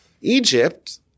Egypt